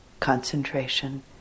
concentration